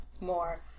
more